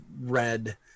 red